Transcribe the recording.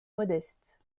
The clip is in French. modestes